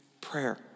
prayer